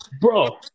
bro